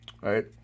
right